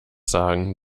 sagen